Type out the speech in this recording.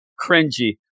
Cringy